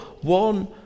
one